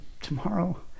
tomorrow